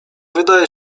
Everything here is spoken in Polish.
wydaje